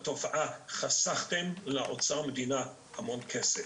חסכתם לאוצר המדינה המון כסף.